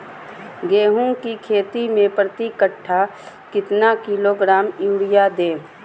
गेंहू की खेती में प्रति कट्ठा कितना किलोग्राम युरिया दे?